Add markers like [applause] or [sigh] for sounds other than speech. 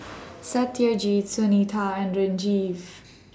[noise] Satyajit Sunita and Sanjeev [noise]